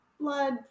blood